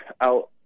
out